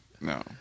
no